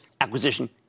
acquisition